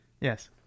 Yes